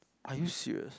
are you serious